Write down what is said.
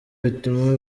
bituma